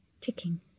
Ticking